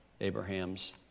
Abraham's